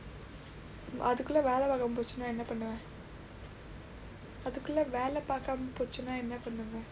அதுக்குள்ள வேலை வாங்காம பேசுனா என்ன பண்ணுவ அதுக்குள்ள வேலை பார்க்காம பேசுனா என்ன பண்ணுவ :athukkulla veelai vangkaamma peesunaa enna pannuva athukkulla veelai paarkkaama peesunaa enna pannuva